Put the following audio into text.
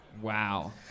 Wow